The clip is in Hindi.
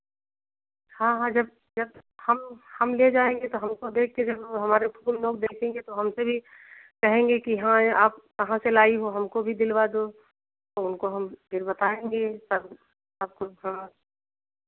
हाँ हाँ जब हम हम ले जाएंगे तो हमको देख के जब हमारे फूल लोग देखेंगे तो हमसे भी कहेंगे कि हाँ आप कहाँ से लाई हो हमको भी दिलवा दो तो उनको हम फिर बताएंगे तब आपको हाँ